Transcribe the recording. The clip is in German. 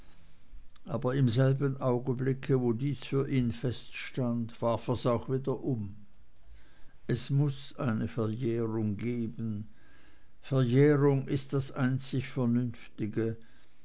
aber im selben augenblick wo dies für ihn feststand warf er's auch wieder um es muß eine verjährung geben verjährung ist das einzig vernünftige